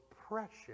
precious